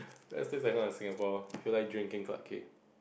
ya still like no in Singapore feel like drinking Clarke-Quay